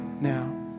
Now